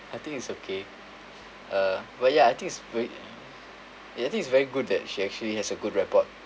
I think it's okay uh well ya I think v~ I think is very good that she actually has a good rapport